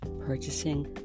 Purchasing